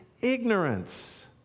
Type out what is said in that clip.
ignorance